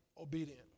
obedient